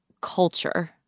culture